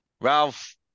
Ralph